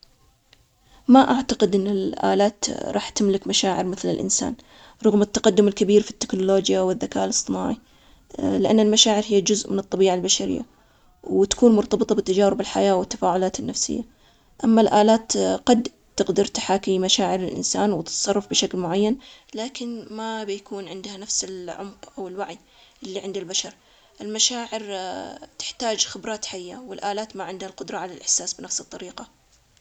صعب إن الآلات تملك مشاعر مثل الإنسان, المشاعر تتطلب تجربة إنسانية عميقة, وفهم للأحاسيس والتجارب, الآنات- الآلات- يمكن برمجته لتقليد المشاعر, لكن ما رح تحس فعلاً مثل البشر, البشر عندهم تجارب فريدة تشكل شخصيتهم ومشاعرهم وهذا الشيء يصعب على الآلات تحقيقها, مشاعر حظ الخاصة بالبشر.